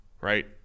right